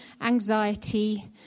anxiety